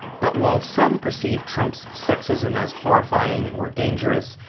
but while some perceive trump's sexism as horrifying or dangerous,